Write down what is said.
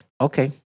Okay